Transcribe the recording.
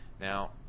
Now